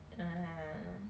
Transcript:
err